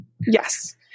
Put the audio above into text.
Yes